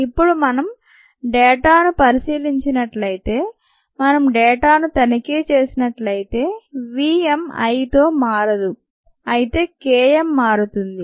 ఇప్పుడు మనం డేటాను పరిశీలించినట్లయితే మనం డేటాను తనిఖీ చేసినట్లయితే V m Iతో మారదు అయితే K m మారుతుంది